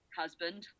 husband